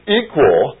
equal